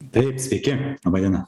taip sveiki laba diena